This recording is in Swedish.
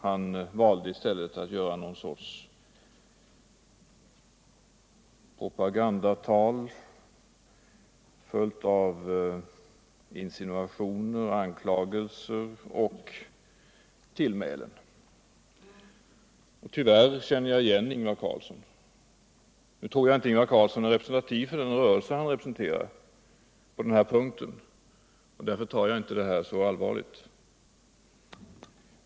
Han valde i stället att hålla någon sorts propagandatal, fullt av insinuationer, anklagelser och tillmälen. Tyvärr känner jag igen Ingvar Carlsson. Nu tror jag inte att Ingvar Carlsson på den här punkten är representativ för den rörelse han representerar, och därför tar Jag inte det här så allvarligt.